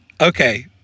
Okay